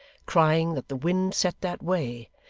crying that the wind set that way,